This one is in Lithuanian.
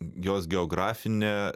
jos geografine